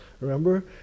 Remember